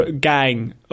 gang